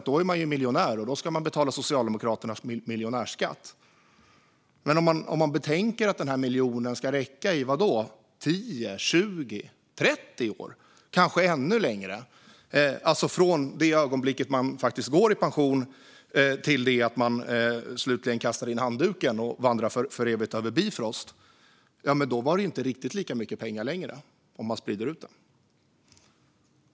Då är man ju miljonär, och då ska man betala Socialdemokraternas miljonärsskatt. Men om man betänker att den här miljonen ska räcka i tio, tjugo eller trettio år och kanske ännu längre, alltså från det ögonblick man faktiskt går i pension till det att man slutligen kastar in handduken och vandrar för evigt över Bifrost, är det inte riktigt lika mycket pengar längre.